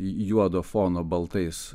juodo fono baltais